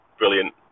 brilliant